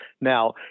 Now